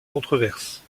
controverses